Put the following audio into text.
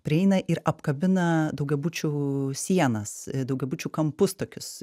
prieina ir apkabina daugiabučių sienas daugiabučių kampus tokius